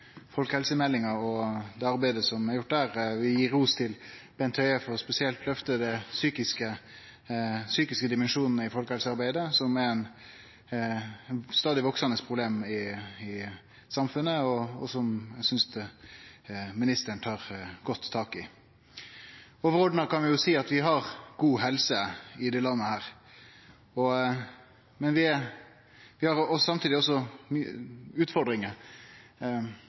folkehelsemeldinga og det arbeidet som er gjort der. Eg vil gje ros til Bent Høie for spesielt å løfte den psykiske dimensjonen i folkehelsearbeidet, som er eit stadig veksande problem i samfunnet, og som eg synest ministeren tar godt tak i. For vår del kan vi seie at vi har god helse i dette landet, men vi har samtidig også utfordringar.